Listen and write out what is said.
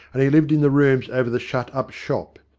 and he lived in the rooms over the shut-up shop.